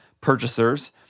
purchasers